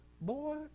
boy